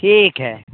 ठीक हइ